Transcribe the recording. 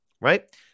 right